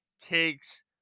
cakes